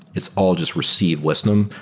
it's all just received wisdom.